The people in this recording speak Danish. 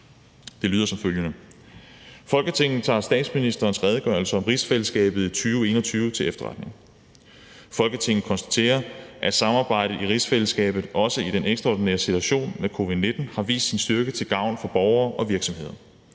til vedtagelse »Folketinget tager statsministerens redegørelse om rigsfællesskabet 2021 til efterretning. Folketinget konstaterer, at samarbejdet i rigsfællesskabet også i den ekstraordinære situation med covid-19 har vist sin styrke til gavn for borgere og virksomheder.